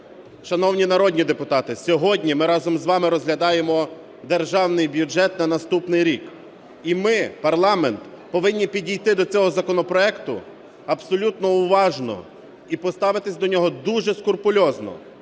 Шановні народні депутати, сьогодні ми разом з вами розглядаємо Державний бюджет на наступний рік. І ми, парламент, повинні підійти до цього законопроекту абсолютно уважно, і поставитись до нього дуже скрупульозно.